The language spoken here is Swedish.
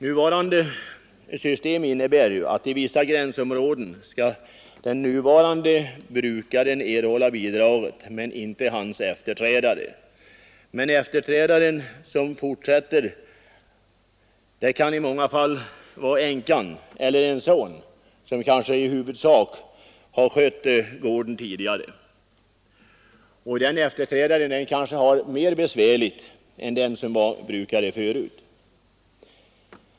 I vissa gränsområden erhåller nämligen den nuvarande brukaren bidragen men inte hans efterträdare. Men efterträdaren kan i många fall vara änkan eller en son, som kanske i huvudsak skött gården tidigare, och efterträdaren kanske har det besvärligare än den som tidigare var brukare.